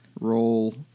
roll